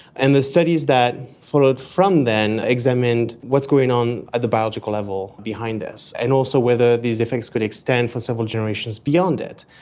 and the studies that followed from then examined what's going on at the biological level behind this, and also whether these effects could extend for several generations beyond it.